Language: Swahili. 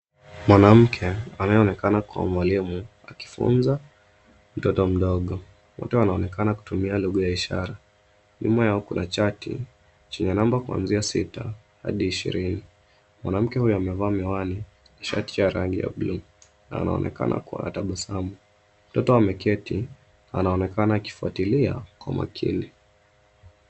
Mwanamke anayeonekana kuwa mwalimu akifunza mtoto mdogo. Mtoto anaonekana kutumia lugha ya ishara, nyuma yao kuna chati chenye namba kuanzia sita hadi ishirini. Mwanamke huyo amevaa miwani, shati ya rangi ya buluu na anaonekana kuwa na tabasamu. Mtoto ameketi, anaonekana akifuatilia kwa makini.